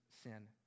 sin